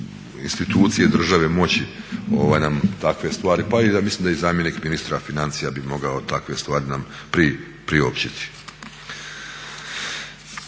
institucije države moći nam takve stvari, pa ja mislim da i zamjenik ministra financija bi mogao takve stvari nam priopćiti.